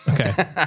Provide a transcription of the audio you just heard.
Okay